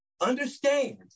understand